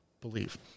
believe